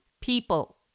People